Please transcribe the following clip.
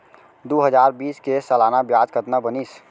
दू हजार बीस के सालाना ब्याज कतना बनिस?